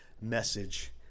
message